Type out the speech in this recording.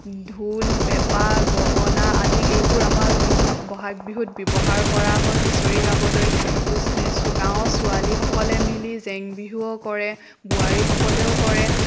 ঢোল পেঁপা গগনা আদি এইবোৰ আমাৰ বিহুৱা বহাগ বিহুত ব্যৱহাৰ কৰা হয় হুঁচৰি গাবলৈ ছো গাঁৱৰ ছোৱালীসকলে মিলি জেং বিহুও কৰে বোৱাৰীসকলেও কৰে